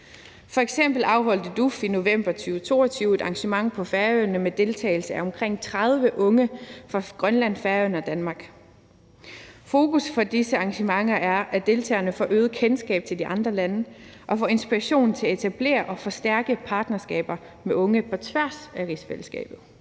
F.eks. afholdt DUF i november 2022 et arrangement på Færøerne med deltagelse af omkring 30 unge fra Grønland, Færøerne og Danmark. Fokus for disse arrangementer er, at deltagerne får et øget kendskab til de andre lande og får inspiration til at etablere og forstærke partnerskaber med unge på tværs af rigsfællesskabet.